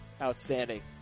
Outstanding